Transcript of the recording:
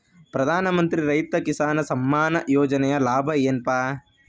ಪ್ರಧಾನಮಂತ್ರಿ ರೈತ ಕಿಸಾನ್ ಸಮ್ಮಾನ ಯೋಜನೆಯ ಲಾಭ ಏನಪಾ?